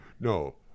No